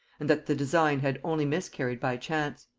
and that the design had only miscarried by chance.